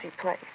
place